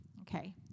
Okay